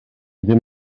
ddim